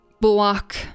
block